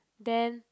then